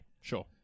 Sure